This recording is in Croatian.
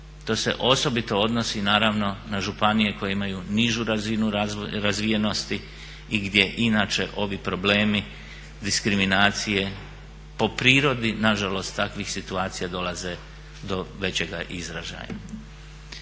To se osobito odnosi naravno na županije koje imaju nižu razinu razvijenosti i gdje inače ovi problemi diskriminacije po prirodi na žalost takvih situacija dolaze do većega izražaja.